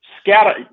scatter